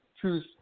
truth